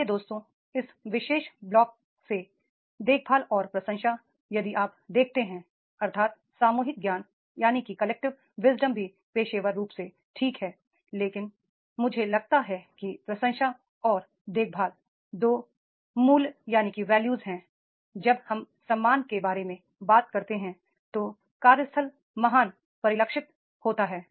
प्रिय दोस्तों इस विशेष ब्लॉक से देखभाल और प्रशंसा यदि आप देखते हैं अर्थात सामूहिक ज्ञान भी पेशेवर रूप से ठीक है लेकिन मुझे लगता है कि प्रशंसा और देखभाल दो वैल्यू हैं जब हम सम्मान के बारे में बात करते हैं तो कार्यस्थल महान परिलक्षित होता है